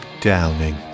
Downing